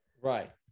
Right